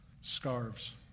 scarves